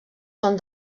són